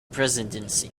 presidency